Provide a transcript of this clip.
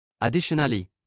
Additionally